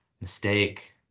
mistake